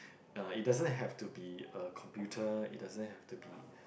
uh it doesn't have to be a computer it doesn't have to be